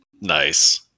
Nice